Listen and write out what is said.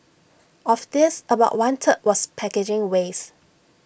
of this about one third was packaging waste